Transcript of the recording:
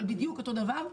אבל בדיוק אותו הדבר.